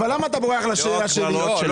למה אתה בורח מהשאלה שלי?